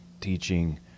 teaching